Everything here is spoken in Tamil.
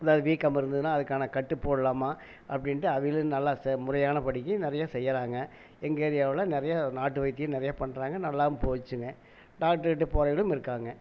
எதாவது வீக்கம் இருந்ததுன்னா அதுக்கான கட்டு போடலாமா அப்படின்ட்டு அவங்களும் நல்லா ச முறையான படிக்கு நிறைய செய்கிறாங்க எங்கள் ஏரியாவில் நிறைய நாட்டு வைத்தியம் நிறைய பண்ணுறாங்க நல்லாவும் போச்சுங்கள் டாக்டருகிட்ட போறவகளும் இருக்காங்கள்